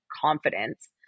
confidence